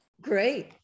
Great